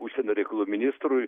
užsienio reikalų ministrui